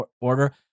order